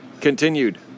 Continued